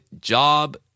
job